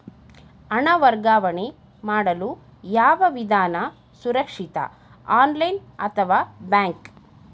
ಹಣ ವರ್ಗಾವಣೆ ಮಾಡಲು ಯಾವ ವಿಧಾನ ಸುರಕ್ಷಿತ ಆನ್ಲೈನ್ ಅಥವಾ ಬ್ಯಾಂಕ್?